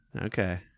okay